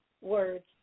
words